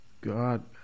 God